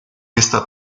esta